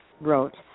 wrote